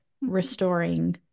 restoring